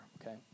okay